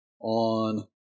on